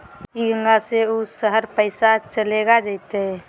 ई गांव से ऊ शहर पैसा चलेगा जयते?